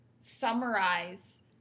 summarize